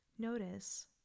Notice